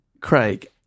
Craig